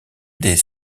des